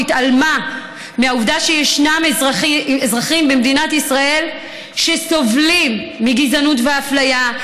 התעלמה מהעובדה שישנם אזרחים במדינת ישראל שסובלים מגזענות ואפליה,